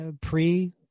pre